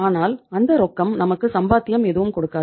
ஆனால் அந்த ரொக்கம் நமக்கு சம்பாத்தியம் எதுவும் கொடுக்காது